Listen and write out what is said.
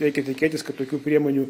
reikia tikėtis kad tokių priemonių